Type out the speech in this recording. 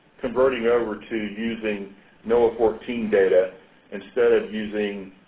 converting over to using noaa fourteen data instead of using